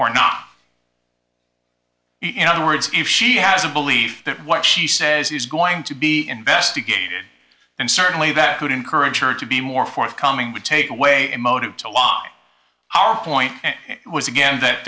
or nah in other words if she has a belief that what she says is going to be investigated and certainly that would encourage her to be more forthcoming would take away a motive to lie our point was again that